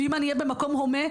אם אני אהיה במקום הומה,